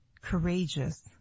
courageous